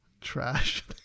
trash